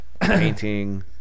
painting